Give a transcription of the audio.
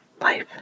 life